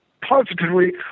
positively